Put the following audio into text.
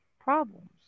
problems